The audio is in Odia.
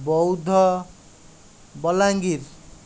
ବୌଦ୍ଧ ବଲାଙ୍ଗୀର